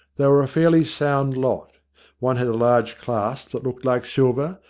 they were a fairly sound lot one had a large clasp that looked like silver,